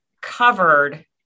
covered